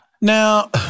Now